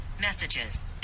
messages